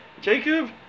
Jacob